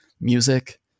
music